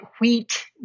wheat